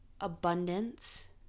abundance